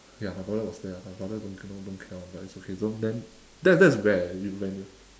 ya my brother was there ah my brother don't don't don't care [one] but it's okay don't then that's that's where you when you